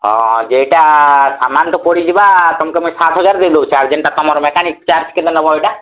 ହଁ ଏଇଟା ସାମାନ ତ ପଡ଼ି ଯିବା ତମ୍କୁ ଆମେ ସାତ ହଜାର ତମର ମେକାନିକ୍ ଚାର୍ଜ କେତେ ନବ ଏଇଟା